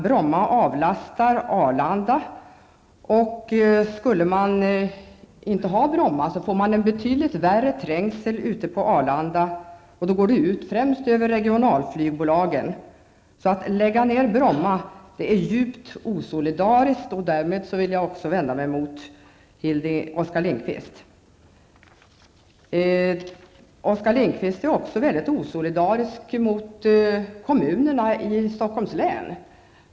Bromma avlastar Arlanda. Skulle man inte ha Bromma flygplats får man en betydligt större trängsel på Arlanda, och det går främst ut över regionalflygbolagen. Att lägga ner Bromma är djupt osolidariskt, och med detta vill jag vända mig till Oskar Lindkvist. Oskar Lindkvist är också mycket osolidarisk mot kommunerna i Stockholms län.